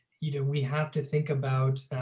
you know, we have to think about,